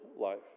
life